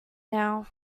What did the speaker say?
now